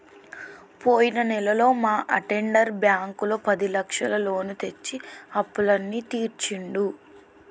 పోయిన నెలలో మా అటెండర్ బ్యాంకులో పదిలక్షల లోను తెచ్చి అప్పులన్నీ తీర్చిండు